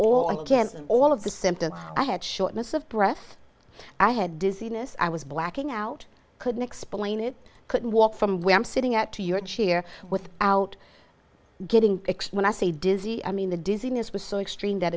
against all of the symptoms i had shortness of breath i had dizziness i was blacking out couldn't explain it couldn't walk from where i'm sitting at to your chair with out getting x when i say dizzy i mean the dizziness was so extreme that